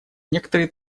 некоторые